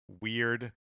weird